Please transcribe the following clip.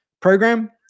program